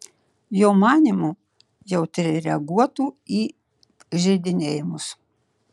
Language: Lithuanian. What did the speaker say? jo manymu jautriai reaguotų į įžeidinėjimus